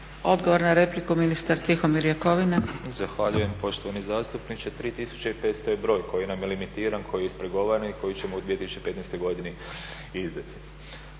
Jakovovina. **Jakovina, Tihomir (SDP)** Zahvaljujem poštovani zastupniče. 3 500 je broj koji nam je limitiran, koji je ispregovaran i koji ćemo u 2015. godini izdati.